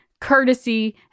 courtesy